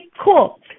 cool